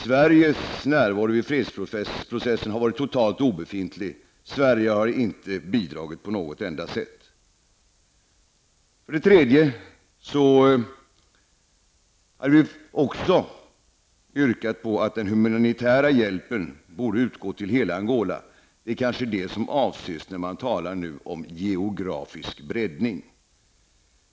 Sveriges närvaro i fredsprocessen har varit totalt obefintlig -- Sverige har inte bidragit på något enda sätt. För det tredje har vi yrkat på att den humanitära hjälpen bör utgå till hela Angola. Det är kanske detta som avses när man nu talar om geografisk breddning.